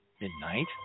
Midnight